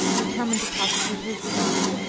determined to prosecute his design,